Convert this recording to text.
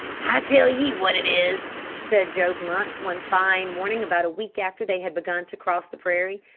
i tell ye wot it is, said joe blunt, one fine morning about a week after they had begun to cross the prairie,